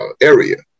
area